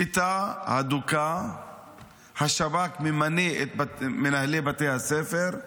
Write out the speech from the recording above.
שליטה הדוקה, השב"כ ממנה את מנהלי בתי הספר,